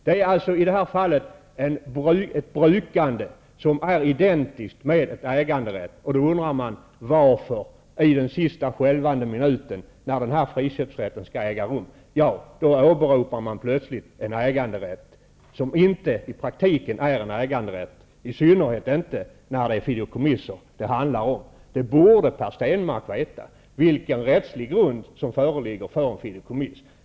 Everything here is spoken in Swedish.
Det rör sig alltså om ett brukande som är identiskt med en äganderätt, och därför undrar man: Varför åberopar man plötsligt i den sista skälvande minuten innan denna friköpsrätt skall genomföras en äganderätt som i praktiken inte utgör någon äganderätt, i synnerhet inte när det handlar om fideikommiss? Per Stenmarck borde veta vilken rättslig grund som föreligger för ett fideikommiss.